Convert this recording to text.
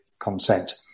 consent